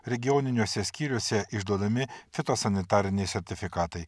regioniniuose skyriuose išduodami fitosanitariniai sertifikatai